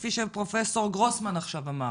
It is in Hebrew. כפי שפרופ' גרוסמן עכשיו אמר.